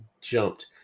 jumped